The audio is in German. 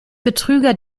betrüger